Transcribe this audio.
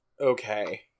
okay